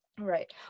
Right